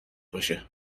باشه